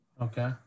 Okay